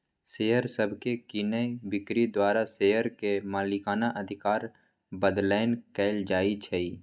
share सभके कीनाइ बिक्री द्वारा शेयर के मलिकना अधिकार बदलैंन कएल जाइ छइ